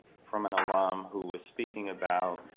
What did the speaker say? from an alum, who was speaking about